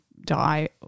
die